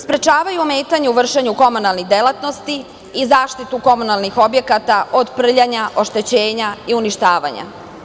Sprečavaju ometanje u vršenju komunalne delatnosti i zaštitu komunalnih objekata od prljanja, oštećenja i uništavanja.